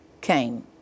came